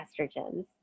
estrogens